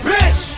Rich